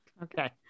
Okay